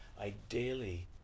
Ideally